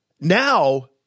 now